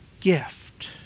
gift